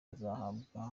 azahabwa